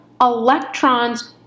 electrons